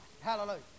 hallelujah